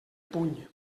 puny